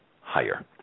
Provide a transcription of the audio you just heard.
higher